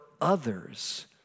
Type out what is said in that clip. others